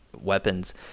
weapons